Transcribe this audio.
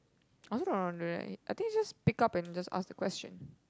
I also don't know how to do that I think just pick up and just ask the question